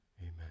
amen